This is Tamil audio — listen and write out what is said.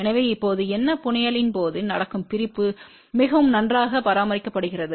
எனவே இப்போது என்ன புனையலின் போது நடக்கும் பிரிப்பு மிகவும் நன்றாக பராமரிக்கப்படுகிறது